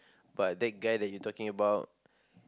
but that guy that you talking about